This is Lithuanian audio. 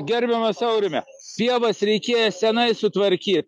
gerbiamas aurime pievas reikėjo senai sutvarkyt